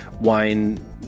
wine